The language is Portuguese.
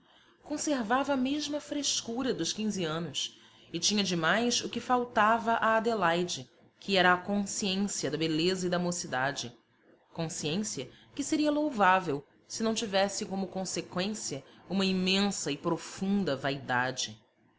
conservava a mesma frescura dos quinze anos e tinha de mais o que faltava a adelaide que era a consciência da beleza e da mocidade consciência que seria louvável se não tivesse como conseqüência uma imensa e profunda vaidade